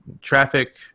Traffic